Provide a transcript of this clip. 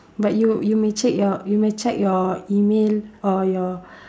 but you you may check your you may check your email or your